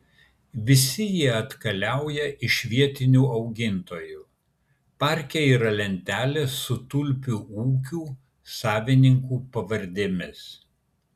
visi jie atkeliauja iš vietinių augintojų parke yra lentelės su tulpių ūkių savininkų pavardėmis